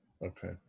Okay